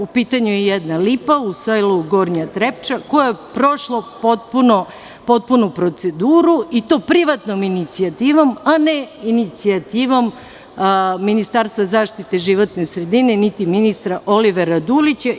U pitanju je jedna lipa u selu Gornja Trepča, koja je prošla potpunu proceduru i to privatnom inicijativom, a ne inicijativom Ministarstva zaštite životne sredine, niti ministra Olivera Dulića.